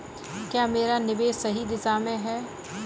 क्या मेरा निवेश सही दिशा में है?